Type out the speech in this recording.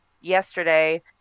yesterday